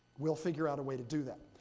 we'll figure out a way to do that.